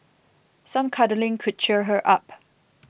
some cuddling could cheer her up